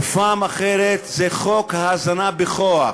ופעם אחרת זה חוק ההזנה בכוח.